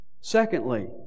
Secondly